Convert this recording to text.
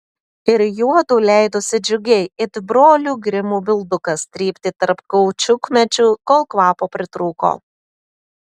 ir juodu leidosi džiugiai it brolių grimų bildukas trypti tarp kaučiukmedžių kol kvapo pritrūko